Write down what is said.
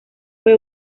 fue